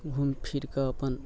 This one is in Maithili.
घुमि फिरिकऽ अपन